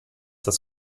das